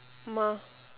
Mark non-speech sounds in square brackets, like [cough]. [noise]